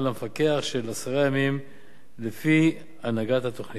למפקח של עשרה ימים לפי הנהגת התוכנית.